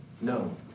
No